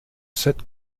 sept